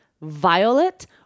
violet